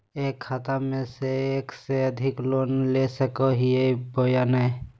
एक खाता से एक से अधिक लोन ले सको हियय बोया नय?